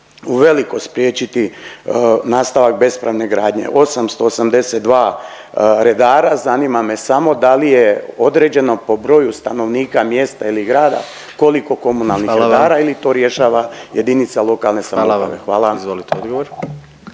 uveliko spriječiti nastavak bespravne gradnje. 882 redara. Zanima me samo da li je određeno po broju stanovnika mjesta ili grada koliko komunalnih redara … …/Upadica predsjednik: Hvala vam./… …